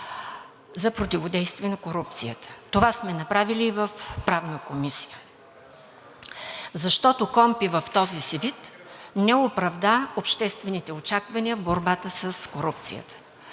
за противодействие на корупцията. Това сме направили и в Правната комисия, защото КПКОНПИ в този си вид не оправда обществените очаквания в борбата с корупцията.